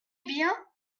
bien